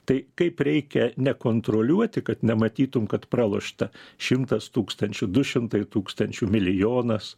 tai kaip reikia nekontroliuoti kad nematytum kad pralošta šimtas tūkstančių du šimtai tūkstančių milijonas